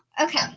okay